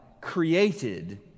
created